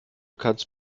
kannst